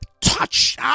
touch